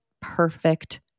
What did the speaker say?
perfect